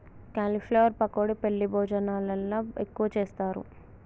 cauliflower pakodi పెండ్లి భోజనాలల్ల ఎక్కువగా చేస్తారు